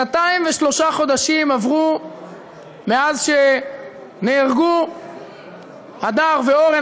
שנתיים ושלושה חודשים עברו מאז שנהרגו הדר ואורון,